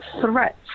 threats